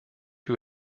who